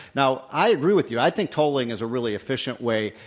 now, i agree with you. i think tolling is a really efficient way,